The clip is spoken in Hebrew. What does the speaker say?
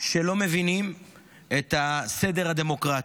שלא מבינים את הסדר הדמוקרטי,